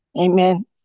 Amen